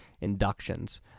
inductions